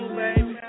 baby